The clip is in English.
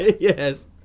Yes